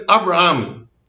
Abraham